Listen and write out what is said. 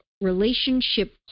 relationship